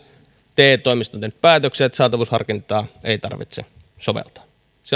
te toimistojen päätöksellä saatavuusharkintaa ei tarvitse soveltaa